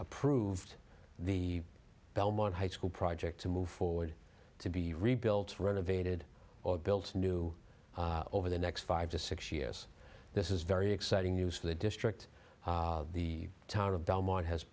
approved the belmont high school project to move forward to be rebuilt renovated or built new over the next five to six years this is very exciting news for the district the town of belmont has